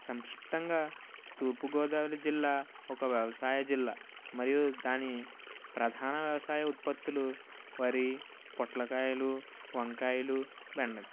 సంకిష్టంగా తూర్పుగోదావరి జిల్లా ఒక వ్యవసాయ జిల్లా మరియు దాని ప్రధాన వ్యవసాయ ఉత్పత్తులు వరి పొట్లకాయలు వంకాయలు బెండకాయలు